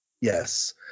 Yes